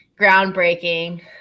groundbreaking